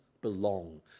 belong